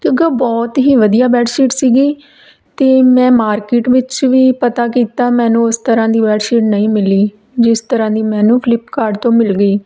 ਕਿਉਂਕਿ ਉਹ ਬਹੁਤ ਹੀ ਵਧੀਆ ਬੈਡਸ਼ੀਟ ਸੀਗੀ ਅਤੇ ਮੈਂ ਮਾਰਕੀਟ ਵਿੱਚ ਵੀ ਪਤਾ ਕੀਤਾ ਮੈਨੂੰ ਉਸ ਤਰ੍ਹਾਂ ਦੀ ਬੈਡਸ਼ੀਟ ਨਹੀਂ ਮਿਲੀ ਜਿਸ ਤਰ੍ਹਾਂ ਦੀ ਮੈਨੂੰ ਫਲਿੱਪਕਾਰਟ ਤੋਂ ਮਿਲ ਗਈ